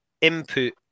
input